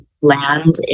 land